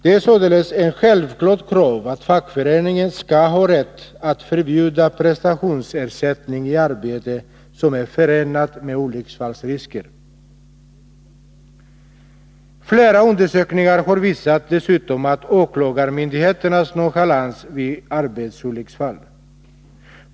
Det är således ett självklart krav att fackföreningen skall ha rätt att förbjuda prestationsersättning i arbete som är förenat med olycksfallsrisker. Flera undersökningar har dessutom visat på åklagarmyndigheternas nonchalans vid arbetsolycksfall.